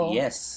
yes